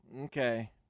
Okay